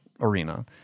arena